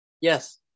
Yes